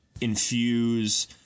infuse